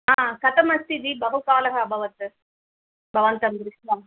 हा कथमस्ति जि बहुकालः अभवत् भवन्तं दृष्ट्वा